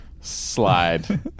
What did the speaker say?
slide